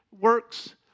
works